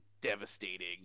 devastating